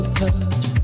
touch